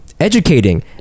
educating